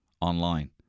online